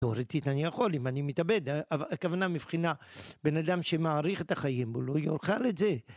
תיאורטית אני יכול אם אני מתאבד הכוונה מבחינה בן אדם שמעריך את החיים הוא לא יאכל את זה